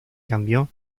cambio